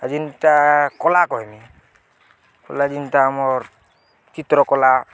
ଆଉ ଯେନ୍ତା କଲା କହିମି କଲା ଯେନ୍ତା ଆମର୍ ଚିତ୍ର କଲା